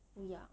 不要